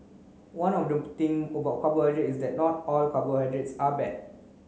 one of thing about carbohydrates is that not all carbohydrates are bad